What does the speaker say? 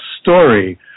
story